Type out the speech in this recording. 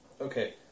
Okay